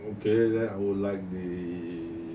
okay then I would like a